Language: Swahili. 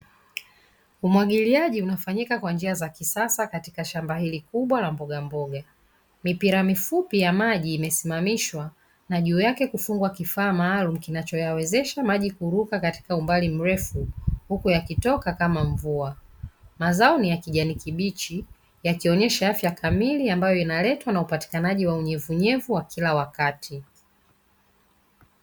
Umwagiliaji unafanyika kwa njia za kisasa katika shamba hili kubwa la mbogamboga. Mipira mifupi ya maji imesimamishwa na juu yake kufungwa kifaa maalumu kinachoyawezesha maji kuruka katika umbali mrefu huku yakitoka kama mvua. Mazao ni ya kijani kibichi yakionyesha afya kamili ambayo inaletwa na ambayo upatikanaji wa unyevunyevu wa kila wakati.